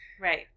Right